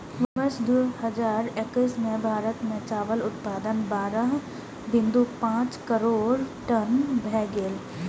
वर्ष दू हजार एक्कैस मे भारत मे चावल उत्पादन बारह बिंदु पांच करोड़ टन भए गेलै